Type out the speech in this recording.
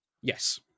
Yes